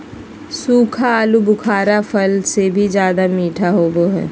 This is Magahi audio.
सूखा आलूबुखारा फल से भी ज्यादा मीठा होबो हइ